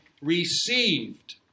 received